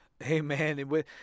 Amen